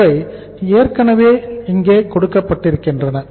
இவை ஏற்கனவே இங்கே கொடுக்கப்பட்டிருக்கின்றன